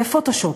פוטו-שופ,